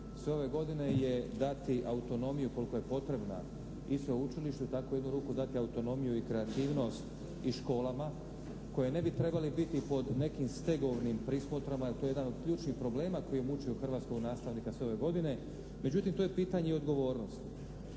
sve ove godine je dati autonomiju koliko je potrebna i sveučilište tako u jednu ruku dati autonomiju i kreativnost i školama koje ne bi trebali biti pod nekim stegovnim prismotrama jer to je jedan od ključnih problema koji je mučio hrvatskog nastavnika sve ove godine. Međutim to je pitanje i odgovornost.